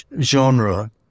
genre